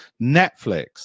Netflix